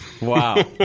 Wow